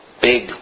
big